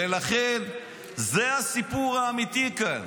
ולכן זה הסיפור האמיתי כאן,